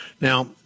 Now